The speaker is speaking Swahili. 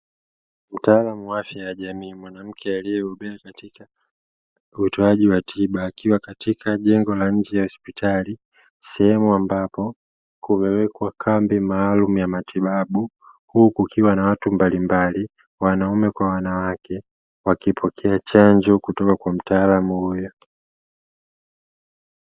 Mtaalamu wa afya ya jamii, mwanamke aliyebobea utoaji wa tiba, akiwa katika jengo la nje ya hospitali, sehemu ambapo kumewekwa kambi maalumu ya matibabu, huku kukiwa na watu mbalimbali wanaume kwa wanawake, wakipokea chanjo kutoka kwa mtaalamu huyo.